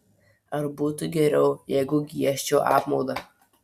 ar būtų geriau jeigu giežčiau apmaudą